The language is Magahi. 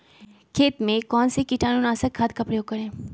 खेत में कौन से कीटाणु नाशक खाद का प्रयोग करें?